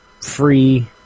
free